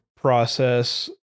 process